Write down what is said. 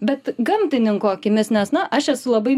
bet gamtininko akimis nes na aš esu labai